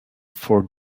for